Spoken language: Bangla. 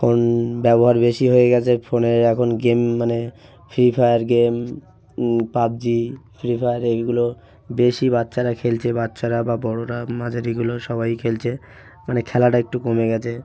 ফোন ব্যবহার বেশি হয়ে গেছে ফোনের এখন গেম মানে Free Fire game PUBG Free Fire এইগুলো বেশি বাচ্চারা খেলছে বাচ্চারা বা বড়োরা মাঝারিগুলো সবাই খেলছে মানে খেলাটা একটু কমে গেছে